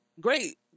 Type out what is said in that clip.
Great